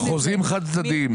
החוזים חד צדדיים.